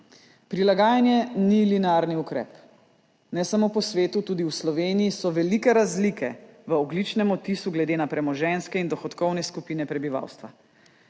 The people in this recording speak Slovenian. Prilagajanje ni linearni ukrep. Ne samo po svetu, tudi v Sloveniji so velike razlike v ogljičnem odtisu glede na premoženjske in dohodkovne skupine prebivalstva.